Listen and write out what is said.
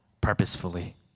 purposefully